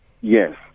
Yes